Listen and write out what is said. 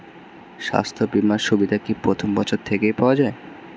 স্বাস্থ্য বীমার সুবিধা কি প্রথম বছর থেকে পাওয়া যায়?